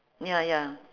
ya ya